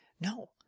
No